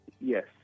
Yes